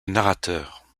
narrateur